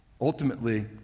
Ultimately